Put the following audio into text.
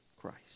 Christ